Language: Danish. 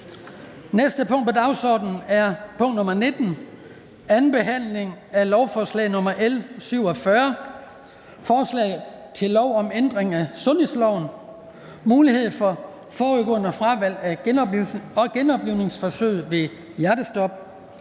næste punkt på dagsordenen er: 19) 2. behandling af lovforslag nr. L 47: Forslag til lov om ændring af sundhedsloven. (Mulighed for forudgående fravalg af genoplivningsforsøg ved hjertestop).